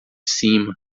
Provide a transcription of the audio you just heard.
cima